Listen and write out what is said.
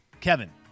Kevin